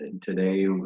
today